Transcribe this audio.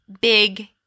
big